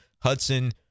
Hudson